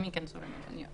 הם ייכנסו למלוניות.